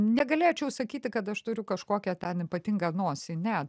negalėčiau sakyti kad aš turiu kažkokią ten ypatingą nosį ne